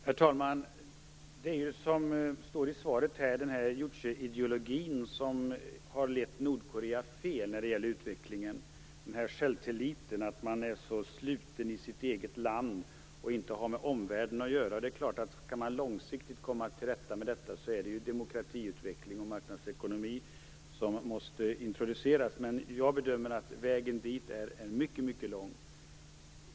Herr talman! Som det står i svaret är det ju "jucheideologin" som har lett Nordkorea fel när det gäller utvecklingen - självtilliten som gör att man är så sluten i sitt eget land och inte har med omvärlden att göra. För att långsiktigt komma till rätta med detta är det ju demokratiutveckling och marknadsekonomi som måste introduceras. Men jag bedömer att vägen dit är mycket, mycket lång.